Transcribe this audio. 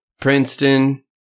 princeton